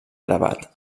gravat